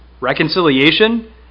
reconciliation